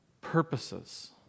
purposes